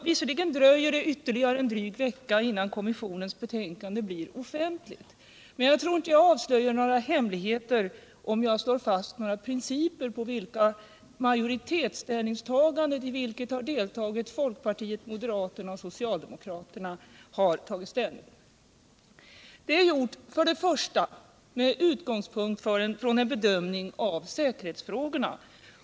Visserligen dröjer det ytterligare en dryg vecka innan energikommissionens betänkande blir offentligt, men jag tror inte att jag avslöjar några hemligheter om jag slår fast vissa principer som väglett majoriteten, bestående av bl.a. folkpartister, moderater och socialdemokrater, i dess ställningstagande. Detta har först och främst skett med utgångspunkt i en bedömning av säkerhetsfrågorna.